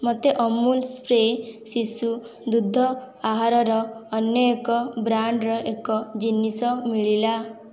ମୋତେ ଅମୁଲ ସ୍ପ୍ରେ ଶିଶୁ ଦୁଗ୍ଧ ଆହାର ର ଅନ୍ୟ ଏକ ବ୍ରାଣ୍ଡ୍ର ଏକ ଜିନିଷ ମିଳିଲା